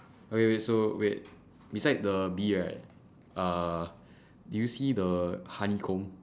okay okay so wait beside the bee right uh do you see the honeycomb